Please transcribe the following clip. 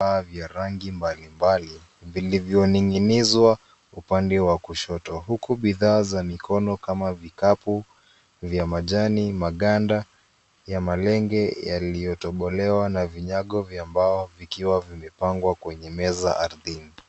Vifaa vya rangi mbali mbali vilivyoning'inizwa upande wa kushoto, huku bidhaa za mikono kama vikapu vya majani, maganda ya malenge yaliyotobolewa, na vinyago vya mbao, vikiwa vimepangwa kwenye meza ardhini.